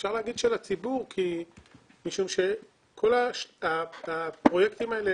אפשר לומר של הציבור משום שכל הפרויקטים האלה,